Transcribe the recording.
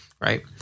right